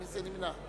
מי נמנע?